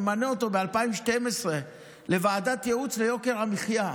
הוא ממנה אותו ב-2012 לוועדת ייעוץ ליוקר המחיה.